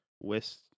west